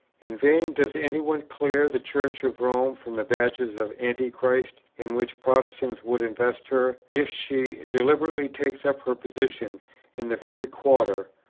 in vain does any one clear the church of rome from the badges of antichrist, in which protestants would invest her, if she deliberately takes up her position in the very quarter,